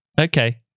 Okay